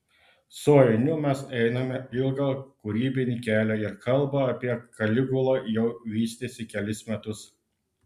su ainiu mes einame ilgą kūrybinį kelią ir kalba apie kaligulą jau vystėsi kelis metus